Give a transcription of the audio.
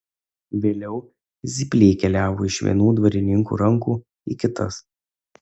vėliau zypliai keliavo iš vienų dvarininkų rankų į kitas